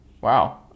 Wow